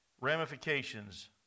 Ramifications